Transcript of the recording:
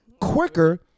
quicker